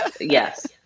Yes